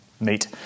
meet